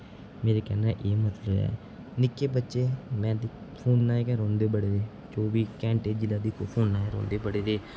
मेरे कैह्ने दा इ'यो मतलब ऐ निक्के बच्चे में दिक्खे फोने च गै रौंह्दे बडे़ दे चौह्बी घैंटे जिसलै दिक्खो फोने च रौंह्दे बडे़ दे